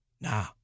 Nah